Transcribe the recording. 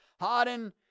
Harden